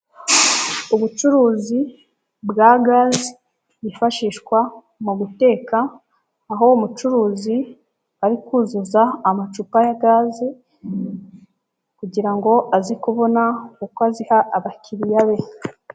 Ubucuruzi, bwa gaze, yifashishwa, mu guteka, aho umucuruzi ari kuzuza amacupa ya gaze, kugira ngo aze kubona uko aziha abakiriya be.